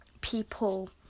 people